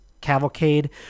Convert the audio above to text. Cavalcade